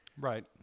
Right